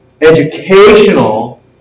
educational